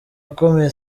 akomeye